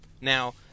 Now